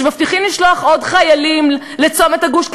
כשמבטיחים לשלוח עוד חיילים לצומת הגוש,